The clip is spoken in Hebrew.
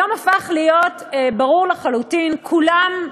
היום הפך להיות ברור לחלוטין שכולם,